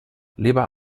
lieber